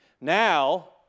Now